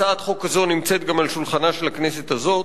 הצעת חוק כזו נמצאת גם על שולחנה של הכנסת הזאת.